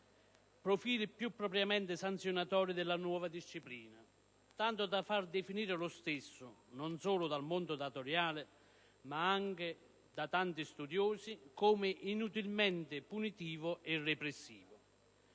profili più propriamente sanzionatori della nuova disciplina, tanto da far definire lo stesso, non solo dal mondo datoriale ma anche da tanti studiosi, come inutilmente punitivo e repressivo.